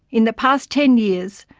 in the past ten years,